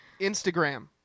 Instagram